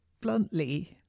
bluntly